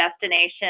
destination